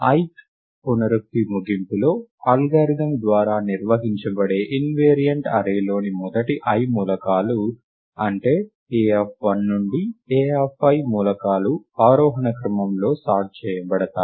ith పునరుక్తి ముగింపులో algorithm ద్వారా నిర్వహించబడే ఇన్వెరియంట్ అర్రే లోని మొదటి i మూలకాలు అంటే a1 నుండి a i మూలకాలు ఆరోహణ క్రమంలో సార్ట్ చేయబడతాయి